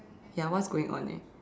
ya what's going on eh